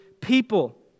people